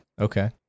Okay